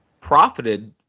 profited